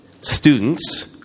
students